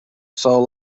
sol